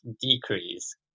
decrease